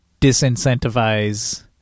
disincentivize